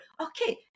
Okay